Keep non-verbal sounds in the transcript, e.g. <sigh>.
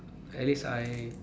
at least I <noise>